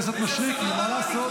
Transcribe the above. חברת הקואליציה מצדיקה פגיעה בלהט"בים.